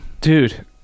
dude